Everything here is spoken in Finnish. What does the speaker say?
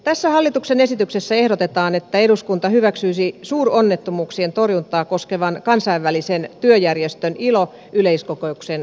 tässä hallituksen esityksessä ehdotetaan että eduskunta hyväksyisi suuronnettomuuksien torjuntaa koskevan kansainvälisen työjärjestön ilon yleiskokouksen yleissopimuksen